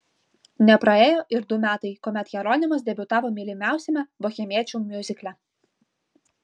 nepraėjo ir du metai kuomet jeronimas debiutavo mylimiausiame bohemiečių miuzikle